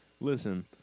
Listen